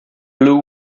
blew